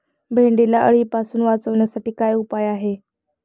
भेंडीला अळीपासून वाचवण्यासाठी काय उपाय आहे?